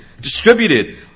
distributed